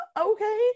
okay